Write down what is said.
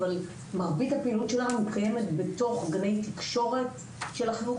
אבל מרבית הפעילות שלנו מתקיימות בתוך גני תקשורת של החינוך